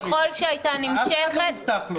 ככל שהיא הייתה נמשכת --- לאף אחד לא מובטח.